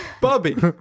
Bobby